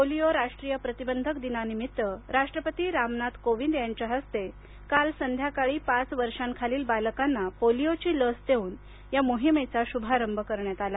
polio राष्ट्रीय प्रतिबंधक दिनानिमित्त राष्ट्रपती रामनाथ कोविंद यांच्या हस्ते काल संध्याकाळी पाच वर्षाखालील बालकांना पोलिओची लस देऊन या मोहिमेचा शुभारंभ करण्यात आला